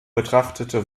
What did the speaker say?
betrachtete